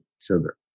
sugar